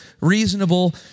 reasonable